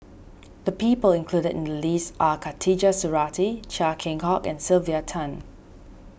the people included in the list are Khatijah Surattee Chia Keng Hock and Sylvia Tan